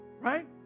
right